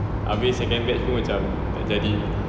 abeh second batch pun macam tak jadi